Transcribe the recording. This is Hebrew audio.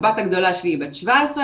הבת הגדולה בת 17,